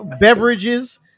beverages